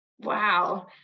Wow